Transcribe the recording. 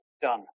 done